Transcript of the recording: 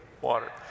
water